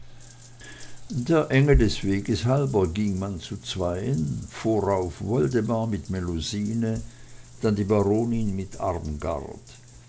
der enge des weges halber ging man zu zweien vorauf woldemar mit melusine dann die baronin mit